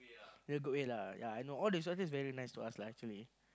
you all go eat lah ya I know all these surface very nice to us actually